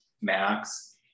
Max